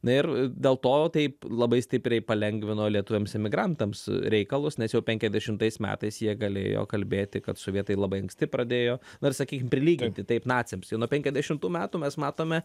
ir dėl to taip labai stipriai palengvino lietuviams emigrantams reikalus nes jau penkiasdešimtais metais jie galėjo kalbėti kad sovietai labai anksti pradėjo na ir sakykim prilyginti taip naciams jau nuo penkiasdešimtų metų mes matome